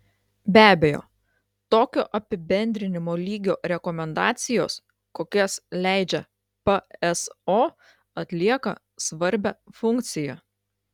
be abejo tokio apibendrinimo lygio rekomendacijos kokias leidžia pso atlieka svarbią funkciją